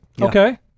Okay